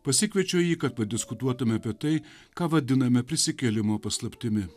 pasikviečiau jį kad padiskutuotume apie tai ką vadiname prisikėlimo paslaptimi